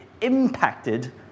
impacted